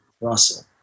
Russell